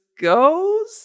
goes